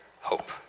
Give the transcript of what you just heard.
hope